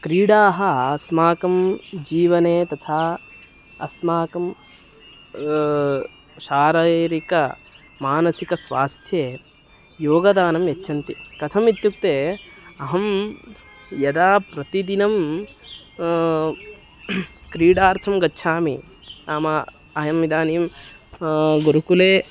क्रीडाः अस्माकं जीवने तथा अस्माकं शारैरिकमानसिकस्वास्थ्ये योगदानं यच्छन्ति कथम् इत्युक्ते अहं यदा प्रतिदिनं क्रीडार्थं गच्छामि नाम अयम् इदानीं गुरुकुले